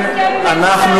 אנחנו